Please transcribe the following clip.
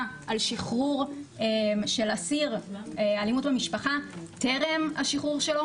על שחרור של אסיר אלימות במשפחה טרם השחרור שלו?